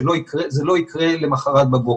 שזה לא יקרה למחרת בבוקר.